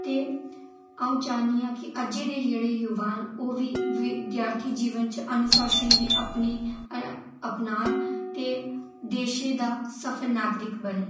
ते अ'ऊं चाह्न्नी आं कि अज्जै दे जेह्ड़े युवा न ओह् बी विद्यार्थी जीवन च अनुशासन गी अपने अपनान ते देशै दा सफल नागरिक बनन